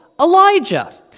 Elijah